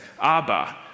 Abba